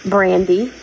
Brandy